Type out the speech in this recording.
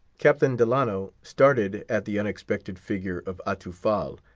captain delano started at the unexpected figure of atufal,